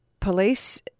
Police –